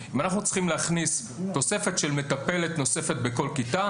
אם אנחנו צריכים להכניס תוספת של מטפלת נוספת בכל כיתה,